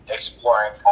exploring